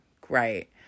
great